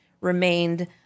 remained